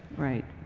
right.